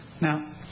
Now